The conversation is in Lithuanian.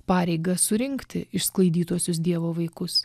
pareigą surinkti išsklaidytuosius dievo vaikus